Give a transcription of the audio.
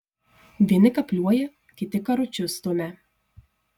vieni kapliuoja kiti karučius stumia